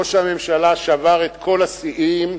ראש הממשלה שבר את כל השיאים,